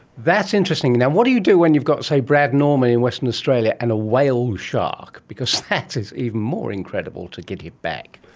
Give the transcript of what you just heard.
that's interesting. now, what do you do when you've got, say, brad norman in western australia and a whale shark, because that is even more incredible, to get it back.